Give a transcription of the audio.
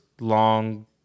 long